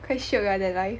quite shiok ah that life